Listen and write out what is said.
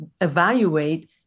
evaluate